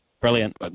Brilliant